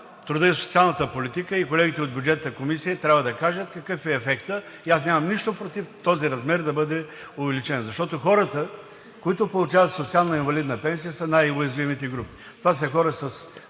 труда и социалната политика и колегите от Бюджетната комисия трябва да кажат какъв е ефектът. Аз нямам нищо против този размер да бъде увеличен, защото хората, които получават социална инвалидна пенсия, са най-уязвимите групи. Това са хора със